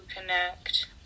connect